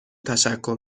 تشکر